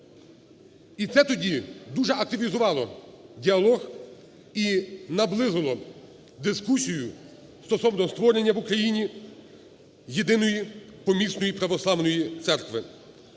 і це тоді дуже активізувало діалог і наблизило дискусію стосовно створення в Україні Єдиної Помісної Православної Церкви.